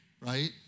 right